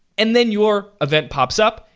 and then your event pops up.